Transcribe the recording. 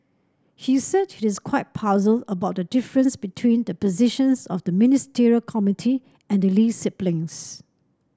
he said he is quite puzzled about the difference between the positions of the Ministerial Committee and the Lee siblings